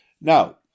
Now